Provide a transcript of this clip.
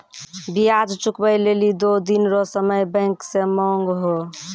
ब्याज चुकबै लेली दो दिन रो समय बैंक से मांगहो